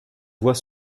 voit